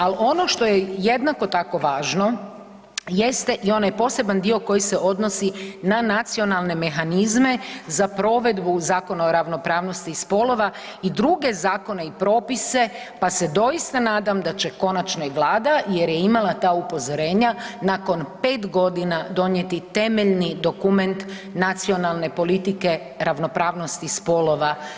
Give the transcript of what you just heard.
Ali ono što je jednako tako važno jeste i onaj poseban dio koji se odnosi na nacionalne mehanizme za provedbu Zakona o ravnopravnosti spolova i druge zakone i propise pa se doista nadam da će končano i Vlada jer je imala ta upozorenja nakon 5 godina donijeti temeljni dokument nacionalne politike ravnopravnosti spolova.